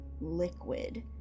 liquid